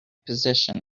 position